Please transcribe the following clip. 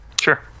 Sure